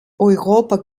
europa